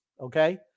Okay